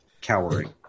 cowering